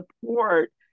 support